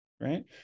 right